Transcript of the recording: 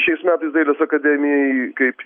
šiais metais dailės akademijai kaip